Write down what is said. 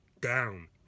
down